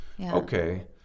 Okay